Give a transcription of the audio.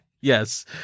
yes